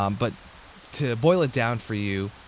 um but to boil it down for you,